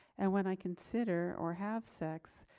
and when i consider or have sex,